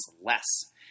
less